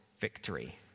victory